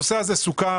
הנושא הזה סוכם,